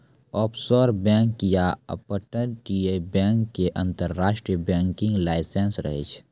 offshore bank या अपतटीय bank के अंतरराष्ट्रीय बैंकिंग लाइसेंस रहै छै